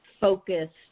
focused